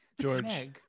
George